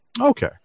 Okay